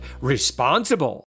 responsible